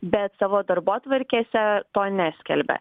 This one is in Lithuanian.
bet savo darbotvarkėse to neskelbia